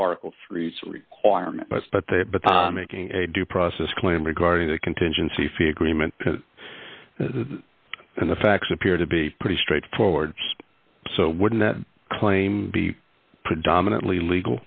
article three requirement but they but making a due process claim regarding the contingency fee agreement and the facts appear to be pretty straightforward so wouldn't that claim be predominantly legal